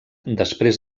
després